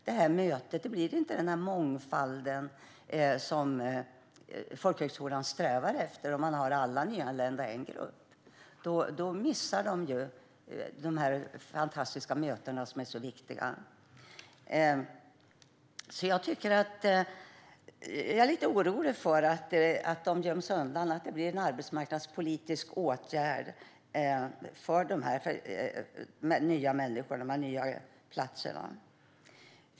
Det möte eller den mångfald som folkhögskolan strävar efter blir inte av om man har alla nyanlända i en grupp. Då missar de ju dessa fantastiska möten, som är så viktiga. Jag är lite orolig för att de nyanlända människorna göms undan och att dessa nya platser blir en arbetsmarknadspolitisk åtgärd.